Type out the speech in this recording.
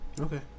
okay